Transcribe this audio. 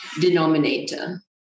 denominator